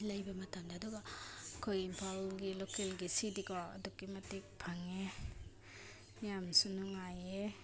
ꯂꯩꯕ ꯃꯇꯝꯗ ꯑꯗꯨꯒ ꯑꯩꯈꯣꯏ ꯏꯝꯐꯥꯜꯒꯤ ꯂꯣꯀꯦꯜꯒꯤ ꯁꯤꯗꯤꯀꯣ ꯑꯗꯨꯛꯀꯤ ꯃꯇꯤꯛ ꯐꯪꯉꯦ ꯌꯥꯝꯁꯨ ꯅꯨꯡꯉꯥꯏꯌꯦ